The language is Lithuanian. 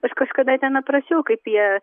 aš kažkada ten aprašiau kaip jie